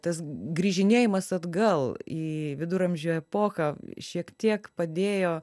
tas grįžinėjimas atgal į viduramžių epochą šiek tiek padėjo